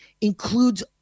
includes